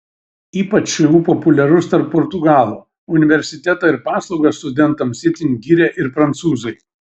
ypač šu populiarus tarp portugalų universitetą ir paslaugas studentams itin giria ir prancūzai